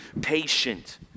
patient